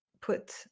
put